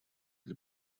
для